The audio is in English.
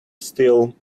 still